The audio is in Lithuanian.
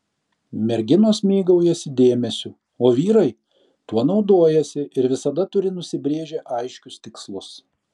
merginos mėgaujasi dėmesiu o vyrai tuo naudojasi ir visada turi nusibrėžę aiškius tikslus